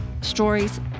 stories